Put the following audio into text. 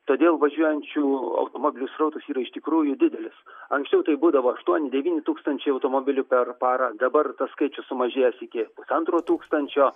todėl važiuojančių automobilių srautas yra iš tikrųjų didelis anksčiau tai būdavo aštuoni devyni tūkstančiai automobilių per parą dabar tas skaičius sumažėjęs iki pusantro tūkstančio